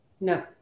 No